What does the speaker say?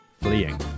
Fleeing